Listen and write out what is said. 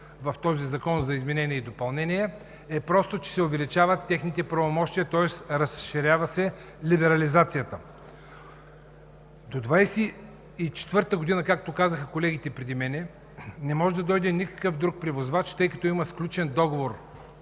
в този законопроект за изменение и допълнение, просто се увеличават техните правомощия, тоест разширява се либерализацията. До 2024 г., както казаха колегите преди мен, не може да дойде никакъв друг превозвач, тъй като има сключен договор